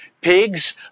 Pigs